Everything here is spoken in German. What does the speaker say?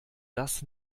das